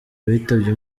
bitabye